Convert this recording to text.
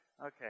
Okay